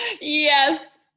yes